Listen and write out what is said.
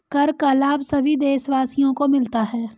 कर का लाभ सभी देशवासियों को मिलता है